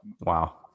Wow